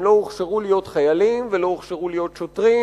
הם לא הוכשרו להיות חיילים ולא הוכשרו להיות שוטרים